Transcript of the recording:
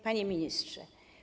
Panie Ministrze!